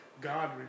God